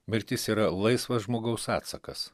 mirtis yra laisvas žmogaus atsakas